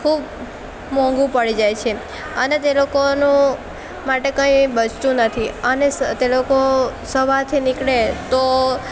ખૂબ મોંઘું પડી જાય છે અને તે લોકોનું માટે કંઈ બચતું નથી અને તે લોકો સવારથી નીકળે તો